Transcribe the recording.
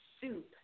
soup